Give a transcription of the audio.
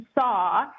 saw